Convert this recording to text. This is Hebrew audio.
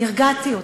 הרגעתי אותם,